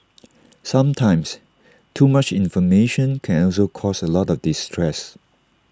sometimes too much information can also cause A lot of distress